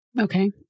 Okay